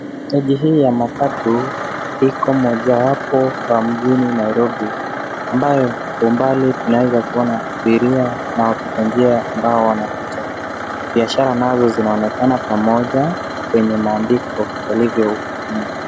Stegi hii ya matatu iko mmojawapo wa mjini Nairobi ambayo kwa umbali tunaweaz kuona abiria na wapitanjia ambao wanapita. Biashara nazo zinaonekana pamoja kwenye maandiko yaliyovyo ukutani.